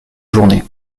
journée